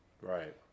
Right